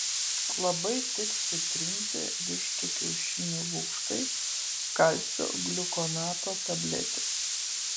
labai tiks sutrinti vištų kiaušinių lukštai kalcio gliukonato tabletės